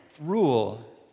rule